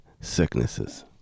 sicknesses